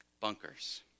bunkers